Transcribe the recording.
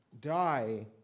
die